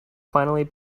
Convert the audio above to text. finally